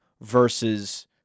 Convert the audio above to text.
versus